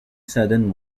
southern